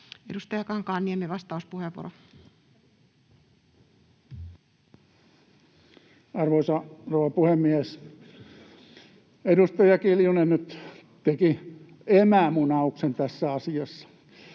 Edustaja Kankaanniemi, vastauspuheenvuoro. Arvoisa rouva puhemies! Edustaja Kiljunen nyt teki emämunauksen tässä asiassa.